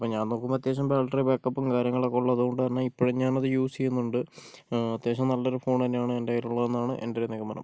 അപ്പോൾ ഞാൻ നോക്കുമ്പോൾ അത്യാവശ്യം ബാട്ടറി ബാക്കപ്പും കാര്യങ്ങളൊക്കെ ഉള്ളതുകൊണ്ട് തന്നെ ഇപ്പോഴും ഞാനത് യൂസ് ചെയ്യുന്നുണ്ട് അത്യാവശ്യം നല്ലൊരു ഫോണ് തന്നെയാണ് എൻ്റെ കൈയിലുള്ളത് എന്ന് ആണ് എൻ്റെ ഒരു നിഗമനം